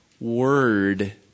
word